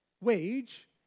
wage